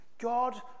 God